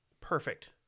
Perfect